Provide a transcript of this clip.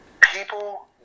people